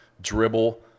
dribble